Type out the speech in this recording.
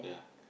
yeah